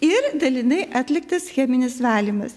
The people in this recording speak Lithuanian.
ir dalinai atliktas cheminis valymas